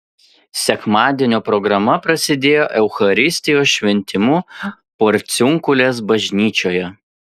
sekmadienio programa prasidėjo eucharistijos šventimu porciunkulės bažnyčioje